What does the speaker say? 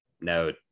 no